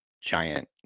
giant